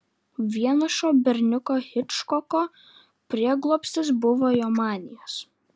vienišo berniuko hičkoko prieglobstis buvo jo manijos